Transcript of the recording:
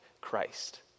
Christ